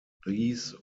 these